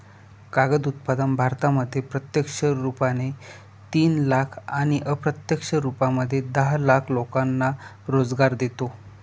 कागद उत्पादन भारतामध्ये प्रत्यक्ष रुपाने तीन लाख आणि अप्रत्यक्ष रूपामध्ये दहा लाख लोकांना रोजगार देतो